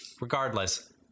Regardless